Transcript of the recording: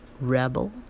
Rebel